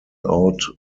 out